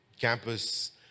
campus